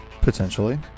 potentially